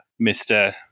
Mr